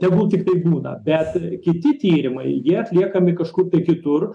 tegul tiktai būdą bet kiti tyrimai jie atliekami kažkur kitur